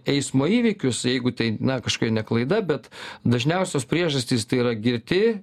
eismo įvykius jeigu tai na kažkaip ne klaida bet dažniausios priežastys tai yra girti